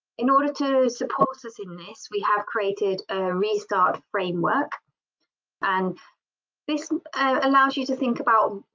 in order to support us in this we have created a restart framework and this allows you to think about